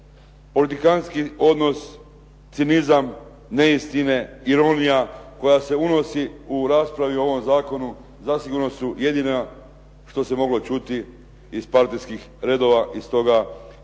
Politikantski odnos, cinizam, neistine, ironija koja se unosi u raspravi o ovom zakonu zasigurno su jedino što se moglo čuti iz partijskih redova. I stoga čudi